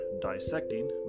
dissecting